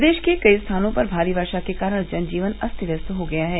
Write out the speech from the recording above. प्रदेश के कई स्थानों पर भारी वर्षा के कारण जनजीवन अस्त व्यस्त हो गया है